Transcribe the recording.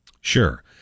Sure